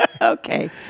okay